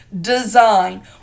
design